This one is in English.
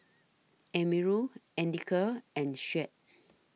Amirul Andika and Syed